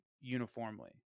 uniformly